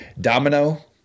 Domino